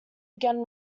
again